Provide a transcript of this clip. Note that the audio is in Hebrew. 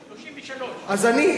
33. אז אני,